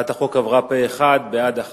ההצעה להעביר את הצעת חוק הביטוח הלאומי (תיקון מס'